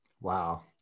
wow